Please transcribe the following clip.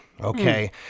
okay